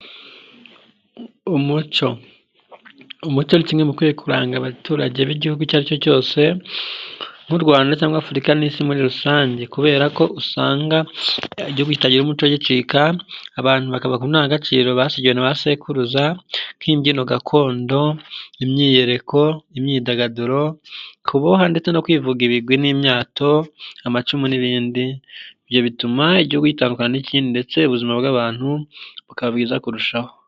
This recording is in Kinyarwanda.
Umuco, umuco ni kimwe mu bikwiye kuranga abaturage b'Igihugu icyo ari cyo cyose nk'u Rwanda cyangwa Afurika n'isi muri rusange, kubera ko usanga Igihugu kitagira umuco gicika abantu bakava ku ndangagaciro basigiwe na ba sekuruza k'imbyino gakondo, imyiyereko, imyidagaduroa, kuboha ndetse no kwivuga ibigwi n'imyato, amacumu n'ibindi, ibyo bituma Igihugu gitandukana n'ikindi ndetse ubuzima bw'abantu bukaba bwiza kurushaho.